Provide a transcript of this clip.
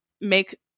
make